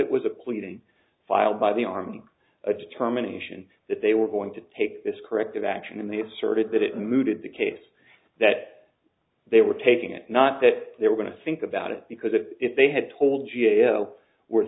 it was a pleading filed by the army a determination that they were going to take this corrective action and they asserted that it mooted the case that they were taking it not that they were going to think about it because if they had told g a o we're